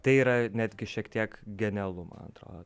tai yra netgi šiek tiek genialu man atrodo